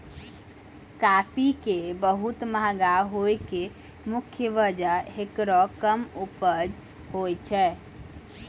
काफी के बहुत महंगा होय के मुख्य वजह हेकरो कम उपज होय छै